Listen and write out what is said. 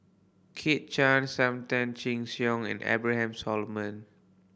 Kit Chan Sam Tan Chin Siong and Abraham Solomon